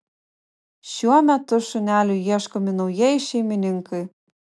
šiuo metu šuneliui ieškomi naujieji šeimininkai